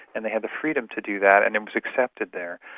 and they had the freedom to do that and it was accepted there.